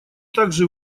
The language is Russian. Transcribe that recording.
также